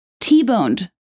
t-boned